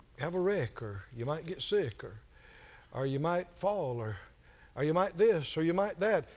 have a wreck or you might get sick or or you might fall or or you might this or you might that.